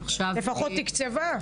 לפחות תקצבה.